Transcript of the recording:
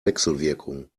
wechselwirkung